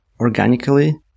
organically